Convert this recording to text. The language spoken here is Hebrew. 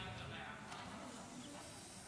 תודה רבה, אדוני